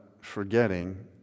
forgetting